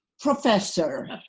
Professor